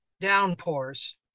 Downpours